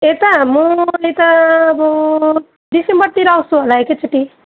यता म यत अब डिसेम्बरतिर आउँछु होला एकैचोटि